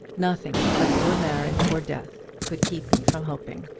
nothing but your marriage or death could keep me from hoping.